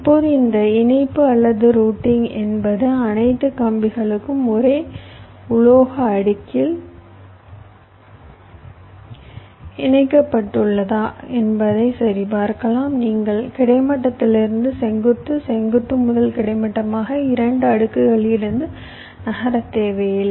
இப்போது இந்த இணைப்பு அல்லது ரூட்டிங் என்பது அனைத்து கம்பிகளும் ஒரே உலோக அடுக்கில் இணைக்கப்பட்டுள்ளதா என்பதை சரிபார்க்கலாம் நீங்கள் கிடைமட்டத்திலிருந்து செங்குத்து செங்குத்து முதல் கிடைமட்டமாக 2 அடுக்குகளிலிருந்து நகர தேவையில்லை